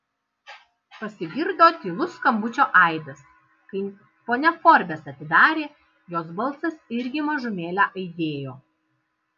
pasigirdo tylus skambučio aidas kai ponia forbes atidarė jos balsas irgi mažumėlę aidėjo